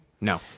No